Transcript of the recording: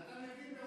ואתה מבין באוצר.